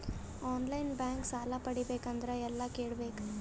On line bank ಸಾಲ ಪಡಿಬೇಕಂದರ ಎಲ್ಲ ಕೇಳಬೇಕು?